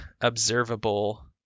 observable